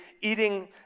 eating